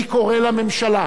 אני קורא לממשלה,